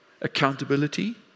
accountability